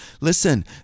listen